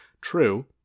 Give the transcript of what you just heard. true